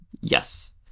Yes